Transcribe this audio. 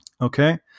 Okay